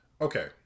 okay